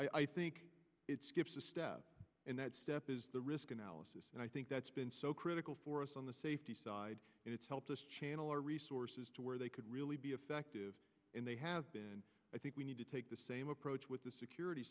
yes i think it skips a step in that step is the risk analysis and i think that's been so critical for us on the safety side and it's helped us channel our resources to where they could really be effective in they have been i think we need to take the same approach with the security